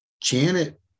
Janet